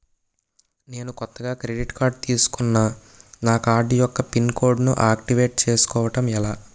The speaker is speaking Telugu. నేను కొత్తగా క్రెడిట్ కార్డ్ తిస్కున్నా నా కార్డ్ యెక్క పిన్ కోడ్ ను ఆక్టివేట్ చేసుకోవటం ఎలా?